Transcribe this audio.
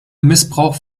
missbrauch